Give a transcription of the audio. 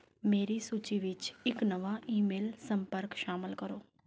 ਮੇਰੀ ਸੂਚੀ ਵਿੱਚ ਇੱਕ ਨਵਾਂ ਈਮੇਲ ਸੰਪਰਕ ਸ਼ਾਮਲ ਕਰੋ